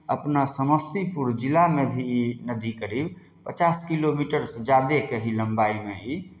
अपना समस्तीपुर जिलामे भी ई नदी करीब पचास किलोमीटरसँ ज्यादेके ही लम्बाइमे ई